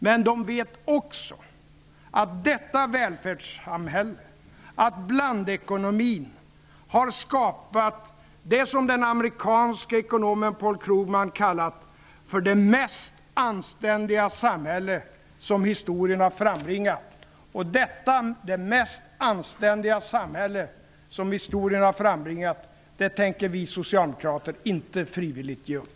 Men de vet också att detta välfärdssamhälle och blandekonomin har skapat det som den amerikanske ekonomen Paul Krugman kallat ''det mest anständiga samhälle som historien frambringat''. Detta samhälle tänker vi socialdemokrater inte frivilligt ge upp.